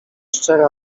szczere